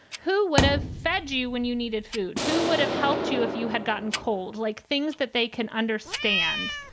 who would have fed you when you needed food? who would have helped you if you had gotten cold? like things that they can understand?